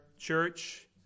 church